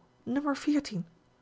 in